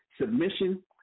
submission